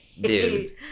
Dude